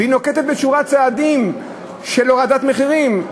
והיא נוקטת שורת צעדים של הורדת מחירים,